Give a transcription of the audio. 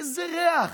איזה ריח.